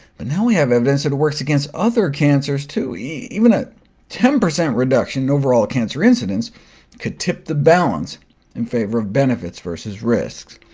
but now we have evidence that it works against other cancers, too. even a ten percent reduction in overall cancer incidence could tip the balance in favor of benefits versus risks.